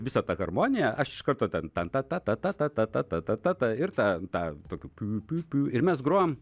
visą tą harmoniją aš iš karto ten tata tata tata tata tata ir ten tą tokių piu piu piu ir mes grojam